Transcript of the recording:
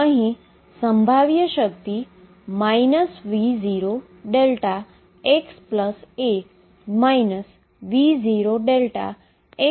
અહી potential V0δxa V0δ છે